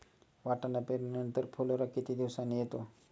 वाटाणा पेरणी नंतर फुलोरा किती दिवसांनी येतो?